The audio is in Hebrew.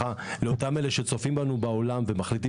אומר לאותם אלו שצופים בנו בעולם ומחליטים